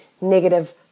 negative